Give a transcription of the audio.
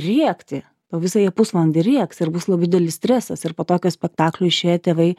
rėkti o visą jie pusvalandį rėks ir bus labai didelis stresas ir po tokio spektaklio išėję tėvai